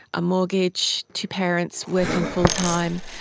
a mortgage, two parents working full-time,